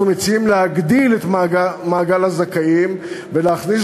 אנחנו מציעים להגדיל את מעגל הזכאים ולהכניס